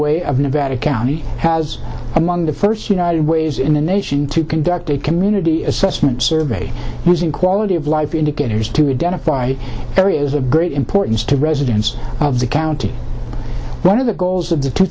way of nevada county has among the first united way's in the nation to conduct a community assessment survey using quality of life indicators to identify areas of great importance to residents of the county one of the goals of the two